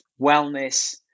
wellness